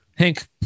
Hank